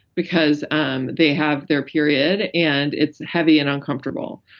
because um they have their period and it's heavy and uncomfortable.